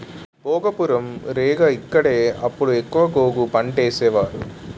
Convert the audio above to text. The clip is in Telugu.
భోగాపురం, రేగ ఇక్కడే అప్పుడు ఎక్కువ గోగు పంటేసేవారు